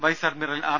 vice admiral R